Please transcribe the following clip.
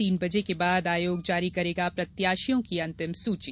तीन बजे के बाद आयोग जारी करेगा प्रत्याशियों की अंतिम सूची